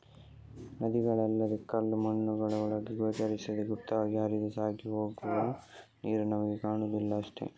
ನದಿಗಳಲ್ಲದೇ ಕಲ್ಲು ಮಣ್ಣುಗಳ ಒಳಗೆ ಗೋಚರಿಸದೇ ಗುಪ್ತವಾಗಿ ಹರಿದು ಸಾಗಿ ಹೋಗುವ ನೀರು ನಮಿಗೆ ಕಾಣುದಿಲ್ಲ ಅಷ್ಟೇ